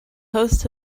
host